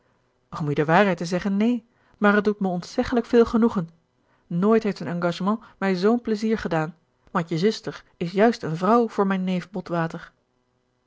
om u de waarheid te zeggen neen maar het doet me ontzeggelijk veel genoegen nooit heeft een engagement mij zoo'n pleizier gedaan want je zuster is juist een vrouw voor mijn neef botwater